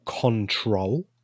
Control